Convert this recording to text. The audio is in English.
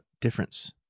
difference